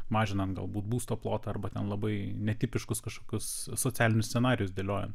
mažinant galbūt būsto plotą arba tam labai netipiškus kažkokius socialinius scenarijus dėliojant